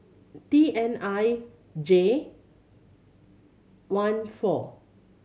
T N I J one four